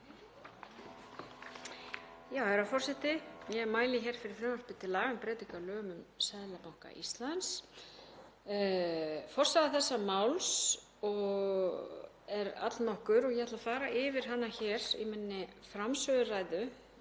Herra forseti. Ég mæli fyrir frumvarpi til laga um breytingu á lögum um Seðlabanka Íslands. Forsaga þessa máls er allnokkur og ég ætla að fara yfir hana hér í minni framsöguræðu.